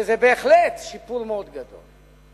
וזה בהחלט שיפור מאוד גדול.